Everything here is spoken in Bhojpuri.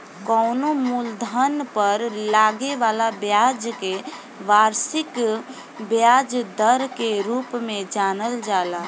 कवनो मूलधन पर लागे वाला ब्याज के वार्षिक ब्याज दर के रूप में जानल जाला